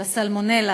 של הסלמונלה,